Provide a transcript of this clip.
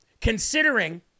considering